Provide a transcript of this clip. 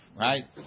right